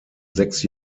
sechs